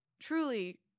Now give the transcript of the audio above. truly